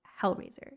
Hellraiser